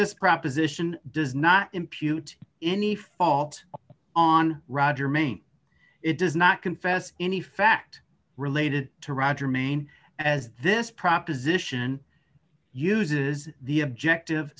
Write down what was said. this proposition does not impute any fault on roger maint it does not confess any fact related to roger maine as this proposition uses the objective